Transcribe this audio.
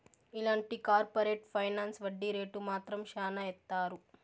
ఇలాంటి corporate finance వడ్డీ rate మాత్రం శ్యానా ఏత్తారు